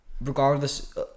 regardless